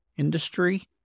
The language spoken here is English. industry